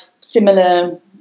similar